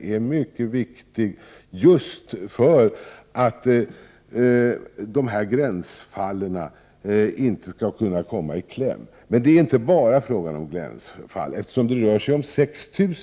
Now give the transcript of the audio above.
är mycket viktig för att dessa gränsfall inte skall komma i kläm. Men detta handlar inte bara om gränsfall, eftersom det rör sig om 6 000.